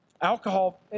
Alcohol